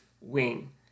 wing